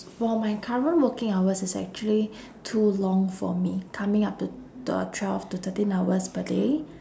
for my current working hours it's actually too long for me coming up to the twelve to thirteen hours per day